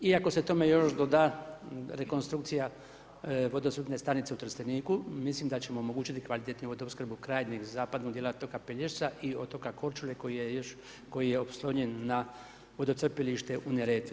Iako se tome još doda rekonstrukcija vodocrpne stanice u Trsteniku mislim da ćemo omogućiti kvalitetniju vodoopskrbu krajnjeg zapadnog dijela otoka Pelješca i otoka Korčule koji je još, koji je oslonjen na vodocrpilište u Neretvi.